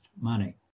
money